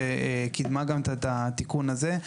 התקציב שקידמה גם את התיקון הזה,